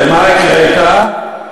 ומה הקראת?